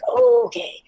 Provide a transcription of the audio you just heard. okay